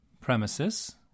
premises